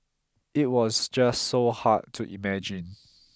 it was just so hard to imagine